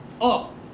up